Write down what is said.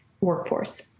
workforce